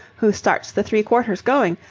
who starts the three-quarters going.